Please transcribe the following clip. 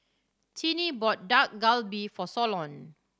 Tinnie bought Dak Galbi for Solon